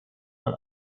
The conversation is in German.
mal